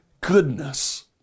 goodness